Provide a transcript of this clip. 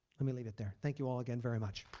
let me leave it there. thank you all, again very much.